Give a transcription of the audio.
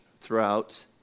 throughout